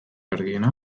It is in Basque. argiena